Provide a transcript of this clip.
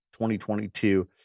2022